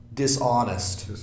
Dishonest